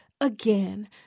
again